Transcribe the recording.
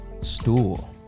Stool